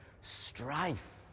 Strife